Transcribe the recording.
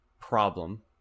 problem